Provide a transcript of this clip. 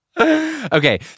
Okay